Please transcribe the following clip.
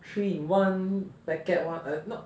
three in one packet [one] err not